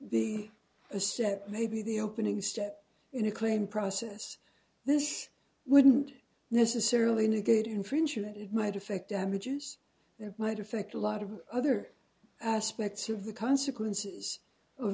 a set maybe the opening step in a claim process this wouldn't necessarily negate infringement it might affect damages that might affect a lot of other aspects of the consequences of